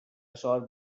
short